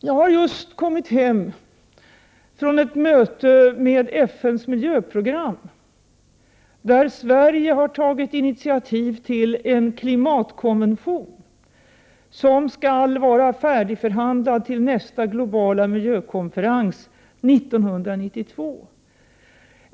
Jag har just kommit hem från ett möte om FN:s miljöprogram. Här har Sverige tagit initiativ till en klimatkonvention, som skall ha förhandlats fram till nästa globala miljökonferans 1992.